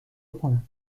کنم